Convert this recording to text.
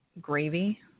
Gravy